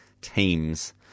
teams